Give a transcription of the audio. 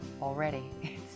already